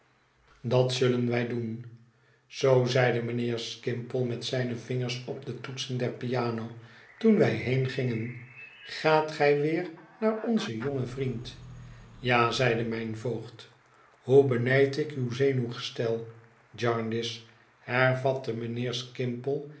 dat zullen wij doen zoo zeide mijnheer skimpole met zijne vingers op de toetsen der piano toen wij heengingen gaat gij weer naar onzen jongen vriend ja zeide mijn voogd hoe benijd ik uw zenuwgestel jarndyce hervatte mijnheer